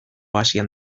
asian